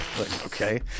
okay